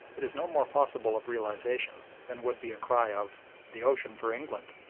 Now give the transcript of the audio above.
it is no more possible of realisation than would be a cry of the ocean for england.